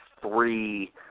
three